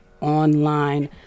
online